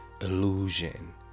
illusion